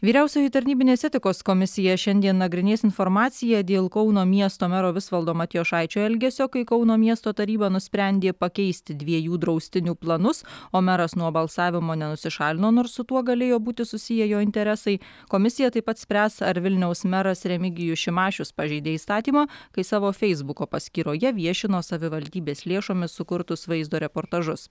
vyriausioji tarnybinės etikos komisija šiandien nagrinės informaciją dėl kauno miesto mero visvaldo matijošaičio elgesio kai kauno miesto taryba nusprendė pakeisti dviejų draustinių planus o meras nuo balsavimo nenusišalino nors su tuo galėjo būti susiję jo interesai komisija taip pat spręs ar vilniaus meras remigijus šimašius pažeidė įstatymą kai savo feisbuko paskyroje viešino savivaldybės lėšomis sukurtus vaizdo reportažus